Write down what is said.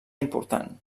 important